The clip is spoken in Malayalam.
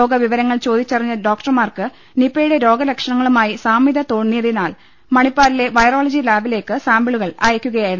രോഗവിവരങ്ങൾ ചോദിച്ചറിഞ്ഞ ഡോക്ടർമാർക്ക് നിപയുടെ രോഗലക്ഷണ ങ്ങളുമായി സാമ്യത തോന്നിയതിനാൽ മണിപ്പാലിലെ വൈറോളജി ലാബിലേക്ക് സാമ്പിളുകൾ അയക്കുകയായിരുന്നു